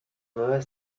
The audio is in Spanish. nuevas